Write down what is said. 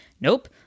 nope